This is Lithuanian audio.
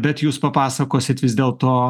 bet jūs papasakosit vis dėlto